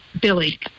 Billy